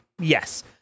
yes